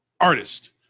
artist